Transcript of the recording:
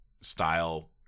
style